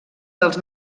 dels